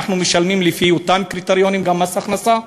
ואנחנו משלמים לפי אותם קריטריונים גם מס הכנסה,